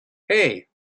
hey